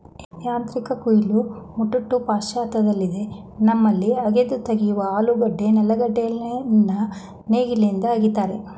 ಯಾಂತ್ರಿಕ ಕುಯಿಲು ಮುಟ್ಟು ಪಾಶ್ಚಾತ್ಯದಲ್ಲಿದೆ ನಮ್ಮಲ್ಲಿ ಅಗೆದು ತೆಗೆಯುವ ಆಲೂಗೆಡ್ಡೆ ನೆಲೆಗಡಲೆನ ನೇಗಿಲಿಂದ ಅಗಿತಾರೆ